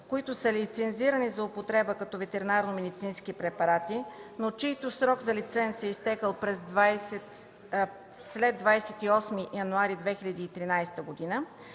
които са лицензирани за употреба като ветеринарномедицински препарати, но чиито срок на лиценз е изтекъл след 28 януари 2013 г.,